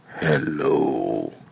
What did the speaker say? hello